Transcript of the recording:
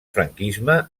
franquisme